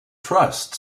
trust